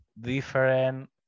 Different